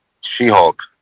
She-Hulk